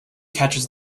catches